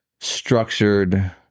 structured